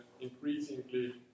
increasingly